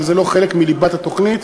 וזה לא חלק מליבת התוכנית.